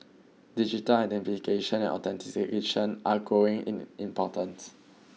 digital identification and authentication are growing in importance